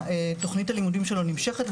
תכנית הלימודים שלו נמשכת,